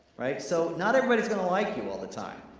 right, so not everybody's gonna like you all the time.